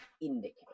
indicate